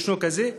אם ישנו כזה,